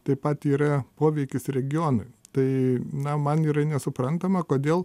taip pat yra poveikis regionui tai na man yra nesuprantama kodėl